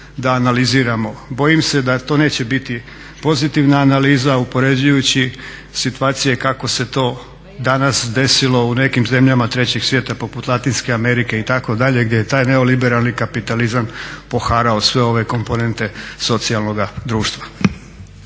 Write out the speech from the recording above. da analiziramo. Bojim se da to neće biti pozitivna analiza uspoređujući situacije kako se to danas desilo u nekim zemljama trećeg svijeta poput Latinske Amerike itd. gdje je taj neoliberalni kapitalizam poharao sve ove komponente socijalnoga društva.